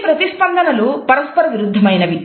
ఈ ప్రతిస్పందనలు పరస్పర విరుద్ధమైనవి